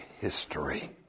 history